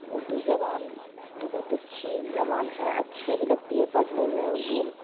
اردو زبان بہت اچھی زبان ہے اچھے بھی لگتی ہے پڑھنے میں اردو